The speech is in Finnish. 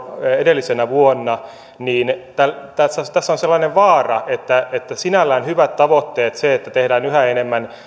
edellisenä vuonna niin tässä on sellainen vaara että vaikka on sinällään hyvät tavoitteet siitä että tehdään yhä enemmän